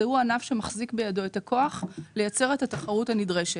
הוא ענף שמחזיק בידו את הכוח לייצר את התחרות הנדרשת.